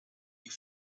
you